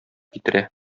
китерә